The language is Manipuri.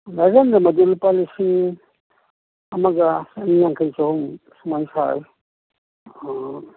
ꯗꯔꯖꯟꯗ ꯃꯗꯨ ꯂꯨꯄꯥ ꯂꯤꯁꯤꯡ ꯑꯃꯒ ꯆꯅꯤ ꯌꯥꯡꯈꯩ ꯆꯍꯨꯝ ꯁꯨꯃꯥꯏ ꯁꯥꯏ